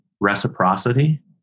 reciprocity